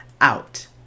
out